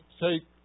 take